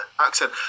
accent